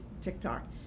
tiktok